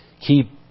Keep